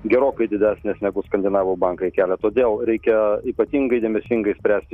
gerokai didesnės negu skandinavų bankai kelia todėl reikia ypatingai dėmesingai spręsti